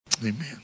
Amen